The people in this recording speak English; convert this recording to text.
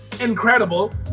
incredible